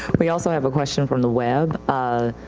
we also have a question from the web. ah,